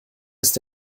ist